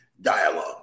dialogue